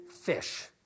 fish